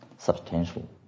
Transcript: Substantial